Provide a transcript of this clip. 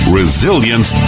resilience